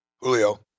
Julio